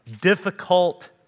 difficult